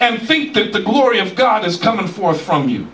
and think that the glory of god is coming forth from you